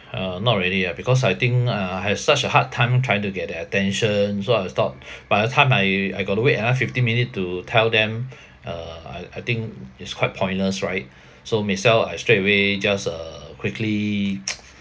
uh not really ah because I think uh I had such a hard time trying to get their attention so I will stop by the time I I got to wait another fifteen minute to tell them uh I I think it's quite pointless right so might as well I straight away just uh quickly